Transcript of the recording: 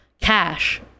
cash